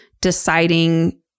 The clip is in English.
deciding